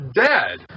dead